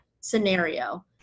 scenario